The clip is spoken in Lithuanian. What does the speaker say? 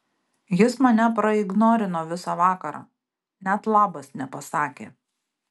jis mane praignorino visą vakarą net labas nepasakė